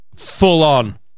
full-on